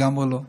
לגמרי לא.